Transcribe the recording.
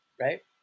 Right